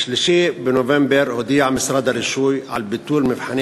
ב-3 בנובמבר הודיע משרד הרישוי על ביטול מבחני